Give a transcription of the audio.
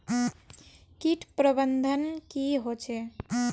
किट प्रबन्धन की होचे?